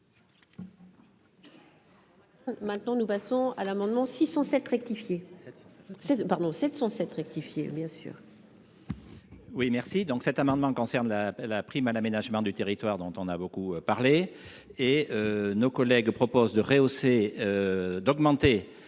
Maintenant, nous passons à l'amendement 607 rectifié ces pardon 707 rectifié bien sûr. Oui merci, donc cet amendement concerne la la prime à l'aménagement du territoire, dont on a beaucoup parlé, et nos collègues proposent de rehausser d'augmenter